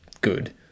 good